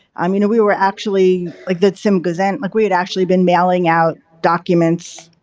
i mean, we were actually like the tzim gezint, like we had actually been mailing out documents,